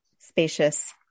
spacious